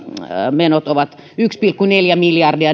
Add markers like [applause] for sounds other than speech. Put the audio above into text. ovat yksi pilkku neljä miljardia [unintelligible]